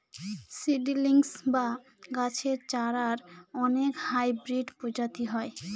seedlings বা গাছের চারার অনেক হাইব্রিড প্রজাতি হয়